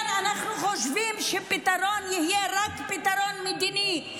כן, אנחנו חושבים שהפתרון יהיה רק פתרון מדיני.